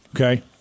okay